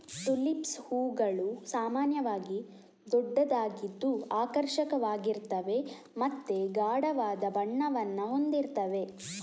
tulips ಹೂವುಗಳು ಸಾಮಾನ್ಯವಾಗಿ ದೊಡ್ಡದಾಗಿದ್ದು ಆಕರ್ಷಕವಾಗಿರ್ತವೆ ಮತ್ತೆ ಗಾಢವಾದ ಬಣ್ಣವನ್ನ ಹೊಂದಿರ್ತವೆ